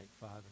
Father